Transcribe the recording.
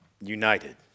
united